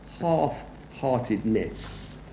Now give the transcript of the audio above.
half-heartedness